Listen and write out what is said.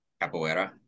Capoeira